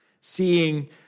Seeing